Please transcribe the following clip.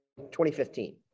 2015